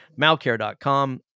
Malcare.com